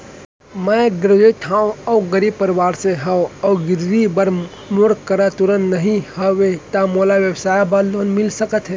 मैं ग्रेजुएट हव अऊ गरीब परवार से हव अऊ गिरवी बर मोर करा तुरंत नहीं हवय त मोला व्यवसाय बर लोन मिलिस सकथे?